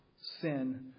sin